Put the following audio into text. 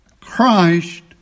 Christ